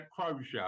crochet